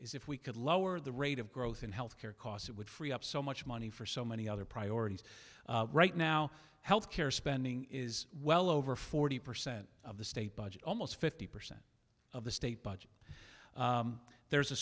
is if we could lower the rate of growth in health care costs it would free up so much money for so many other priorities right now health care spending is well over forty percent of the state budget almost fifty percent of the state budget there's a